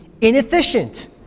inefficient